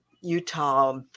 Utah